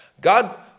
God